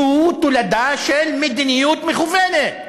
זו תולדה של מדיניות מכוונת.